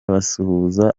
basuhuza